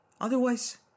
Otherwise